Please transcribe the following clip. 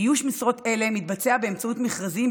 איוש משרות אלה מתבצע באמצעות מכרזים,